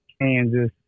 Kansas